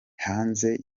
hanze